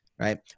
right